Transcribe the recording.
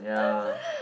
yeah